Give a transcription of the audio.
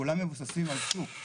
כולם מבוססים על שוק,